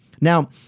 Now